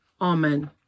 Amen